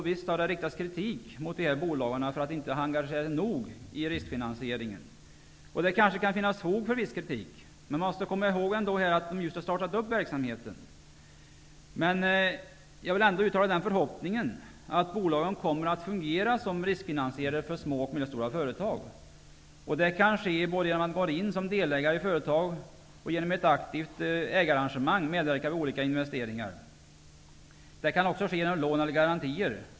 Visst har det riktats kritik mot dessa bolag för att de inte nog har engagerat sig i riskfinansieringen. Det kanske kan finnas fog för viss kritik, men man måste komma ihåg att de just startat sin verksamhet. Jag vill ändå uttala den förhoppningen att bolagen kommer att fungera som riskfinansiärer för små och medelstora företag. Detta kan ske både genom att de går in som delägare i företag och att de genom ett aktivt ägarengagemang medverkar vid olika investeringar. Det kan också ske genom lån eller garantier.